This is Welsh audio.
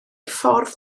ffordd